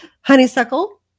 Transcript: Honeysuckle